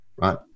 right